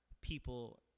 people